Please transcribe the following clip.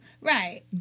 Right